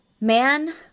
Man